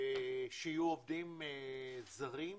שיהיו עובדים זרים,